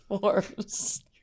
forms